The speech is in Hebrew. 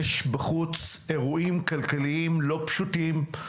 יש בחוץ אירועים כלכליים לא פשוטים,